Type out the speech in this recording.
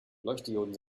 leuchtdioden